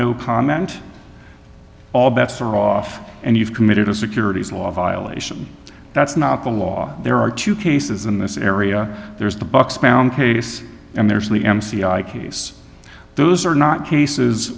no comment all bets are off and you've committed a securities law violation that's not the law there are two cases in this area there's the box bound case and there's the m c i case those are not cases